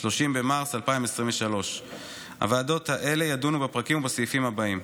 30 במרץ 2023. הוועדות האלה ידונו בפרקים ובסעיפים הבאים: